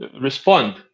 respond